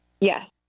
Yes